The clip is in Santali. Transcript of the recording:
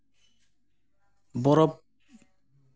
ᱵᱚᱨᱚᱯ